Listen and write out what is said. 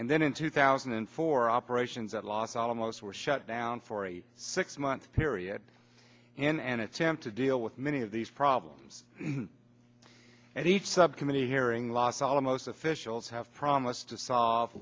and then in two thousand and four operations at los alamos were shut down for a six month period in an attempt to deal with many of these problems and each subcommittee hearing loss almost officials have promised to solve